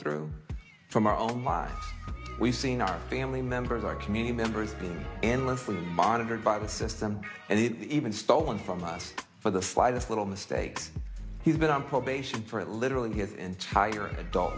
through from our own lives we've seen our family members our community members being endlessly monitored by the system and it even stolen from us for the slightest little mistakes he's been on probation for literally his entire adult